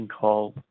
called